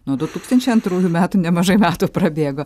nuo du tūkstančiai antrųjų metų nemažai metų prabėgo